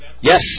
Yes